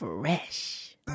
Fresh